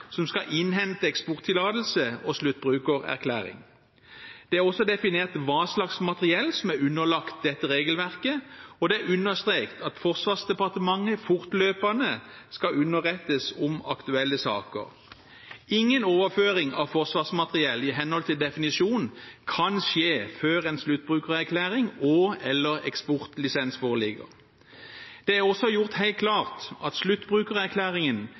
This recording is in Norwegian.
som skal innhente eksporttillatelse og sluttbrukererklæring. Det er også definert hva slags materiell som er underlagt dette regelverket, og det er understreket at Forsvarsdepartementet fortløpende skal underrettes om aktuelle saker. Ingen overføring av forsvarsmateriell i henhold til definisjonen kan skje før en sluttbrukererklæring og/eller eksportlisens foreligger. Det er også gjort helt klart at sluttbrukererklæringen